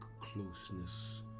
closeness